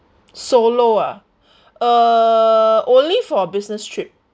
solo ah uh only for business trip